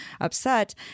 upset